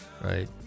right